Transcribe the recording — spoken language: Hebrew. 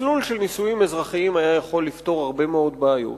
מסלול של נישואים אזרחיים היה יכול לפתור הרבה מאוד בעיות.